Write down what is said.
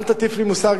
אל תטיף לי מוסר.